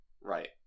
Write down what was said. Right